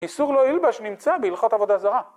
איסור לא ילבש נמצא בהלכות עבודה זרה